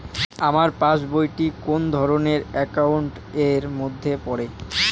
আমার passbook টি কোন ধরণের একাউন্ট এর মধ্যে পড়ে?